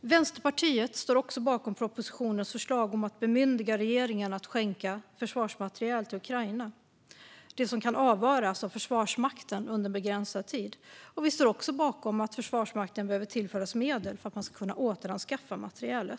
Vänsterpartiet står också bakom propositionens förslag om att bemyndiga regeringen att besluta om att skänka försvarsmateriel till Ukraina som kan avvaras av Försvarsmakten under begränsad tid. Vi står också bakom att Försvarsmakten behöver tillföras medel för att kunna återanskaffa materielen.